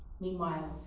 Meanwhile